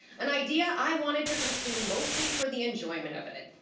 an idea i wanted to pursue mostly for the enjoyment of it.